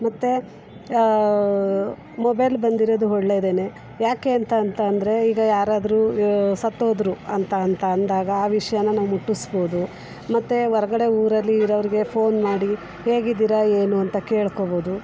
ಮತ್ತು ಮೊಬೈಲ್ ಬಂದಿರೋದು ಒಳ್ಳೆದೆನೇ ಯಾಕೆ ಅಂತ ಅಂತ ಅಂದರೆ ಈಗ ಯಾರಾದರೂ ಸತ್ತೋದ್ರು ಅಂತ ಅಂತ ಅಂದಾಗ ಆ ವಿಷ್ಯನ ನಾವು ಮುಟ್ಟಿಸ್ಬೋದು ಮತ್ತು ಹೊರ್ಗಡೆ ಊರಲ್ಲಿ ಇರೋರಿಗೆ ಫೋನ್ ಮಾಡಿ ಹೇಗಿದ್ದೀರಾ ಏನು ಅಂತ ಕೇಳ್ಕೊಬೋದು